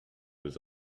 his